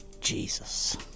Jesus